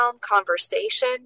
conversation